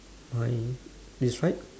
my describe